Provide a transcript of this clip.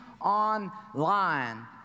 online